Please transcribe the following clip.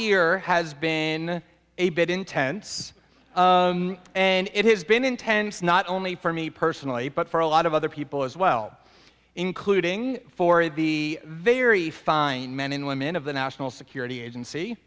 year has been a bit intense and it has been intense not only for me personally but for a lot of other people as well including for the very fine men and women of the national security agency